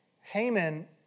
Haman